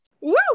Woo